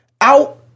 out